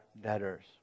debtors